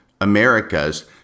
Americas